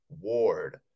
Ward